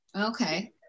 Okay